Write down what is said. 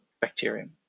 bacterium